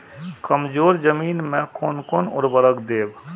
कमजोर जमीन में कोन कोन उर्वरक देब?